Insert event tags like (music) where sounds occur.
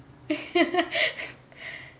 (laughs)